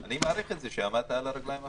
ואני מעריך את זה שעמדת על הרגליים האחוריות.